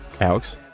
Alex